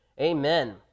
Amen